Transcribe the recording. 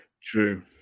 true